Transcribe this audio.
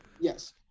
Yes